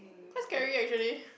quite scary actually